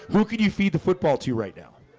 who could you feed the football to right now?